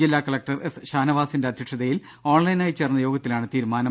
ജില്ലാ collector S ഷാനവാസിന്റെ അധ്യക്ഷതയിൽ ഓൺലൈനായി ചേർന്ന യോഗത്തിലാണ് തീരുമാനം